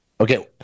okay